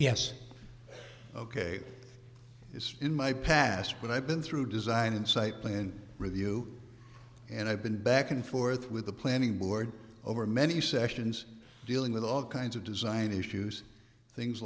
yes ok it's in my past but i've been through design and site plan review and i've been back and forth with the planning board over many sessions dealing with all kinds of design issues things